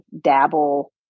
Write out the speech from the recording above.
dabble